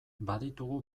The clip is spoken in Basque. baditugu